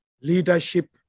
leadership